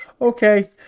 Okay